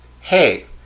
hey